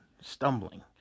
stumbling